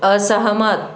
असहमत